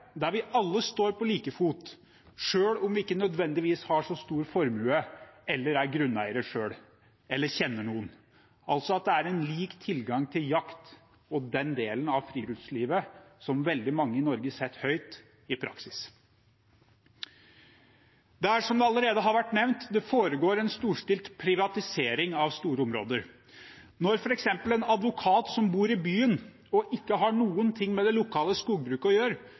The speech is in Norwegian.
der vi alle står på like fot, selv om vi ikke nødvendigvis har så stor formue eller er grunneiere selv, eller kjenner noen – altså at det i praksis er lik tilgang til jakt og til den delen av friluftslivet som veldig mange i Norge setter høyt. Som det allerede har vært nevnt, foregår det en storstilt privatisering av store områder. Når f.eks. en advokat som bor i byen og ikke har noe med det lokale skogbruket å gjøre,